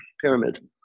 pyramid